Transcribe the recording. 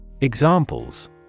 Examples